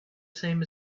same